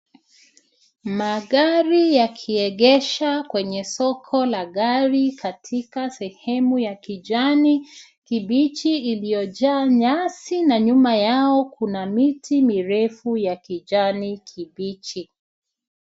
Magari yakiegeshwa kwenye soko la gari katika sehemu ya kijani kibichi iliyojaa nyasi na nyuma yao kuna miti mirefu ya kijani kibichi.